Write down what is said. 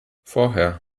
vorher